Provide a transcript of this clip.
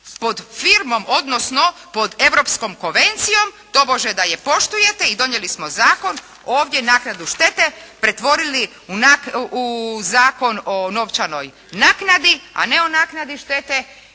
pod firmom, odnosno pod europskom konvencijom tobože da je poštujete i donijeli smo zakon ovdje naknadu štete pretvorili u Zakon o novčanoj naknadi, a ne o naknadi štete